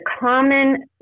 common